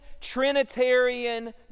Trinitarian